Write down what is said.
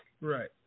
Right